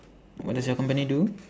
what does your company do